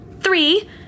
Three